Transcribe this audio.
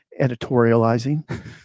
Editorializing